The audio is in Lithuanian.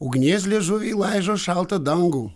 ugnies liežuviai laižo šaltą dangų